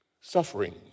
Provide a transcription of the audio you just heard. suffering